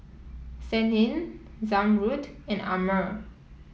Senin Zamrud and Ammir